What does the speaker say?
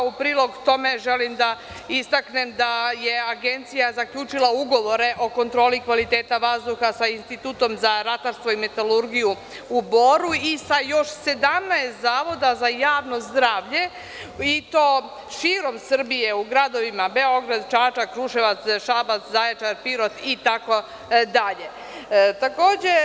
U prilog tome želim da istaknem da je Agencija zaključila ugovore o kontroli kvaliteta vazduha sa Institutom za ratarstvo i metalurgiju u Boru i sa još 17 zavoda za javno zdravlje i to širom Srbije u gradovima Beograd, Čačak, Kruševac, Šabac, Zaječar, Pirot i tako dalje.